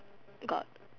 got